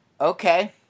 Okay